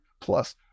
plus